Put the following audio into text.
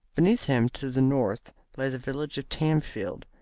beneath him to the north lay the village of tamfield,